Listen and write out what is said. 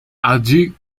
allí